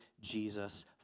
Jesus